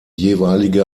jeweilige